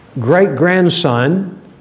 great-grandson